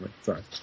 sorry